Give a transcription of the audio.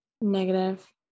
Negative